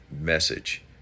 message